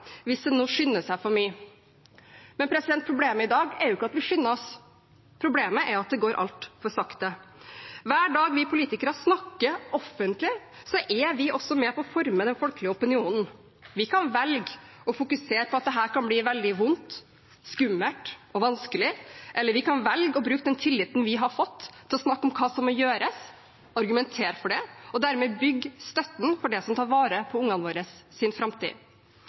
hvis man nå skynder seg for mye. Men problemet i dag er jo ikke at vi skynder oss, problemet er at det går altfor sakte. Hver dag vi politikere snakker offentlig, er vi også med på å forme den folkelige opinionen. Vi kan velge å fokusere på at dette kan bli veldig vondt, skummelt og vanskelig, eller vi kan velge å bruke den tilliten vi har fått, til å snakke om hva som må gjøres, argumentere for det og dermed bygge støtten for det som tar vare på våre barns framtid.